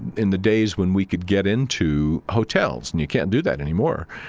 in the days when we could get into hotels. and you can't do that anymore.